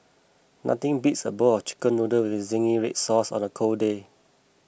nothing beats a bowl of Chicken Noodles with Zingy Red Sauce on a cold day